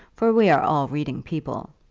for we are all reading people.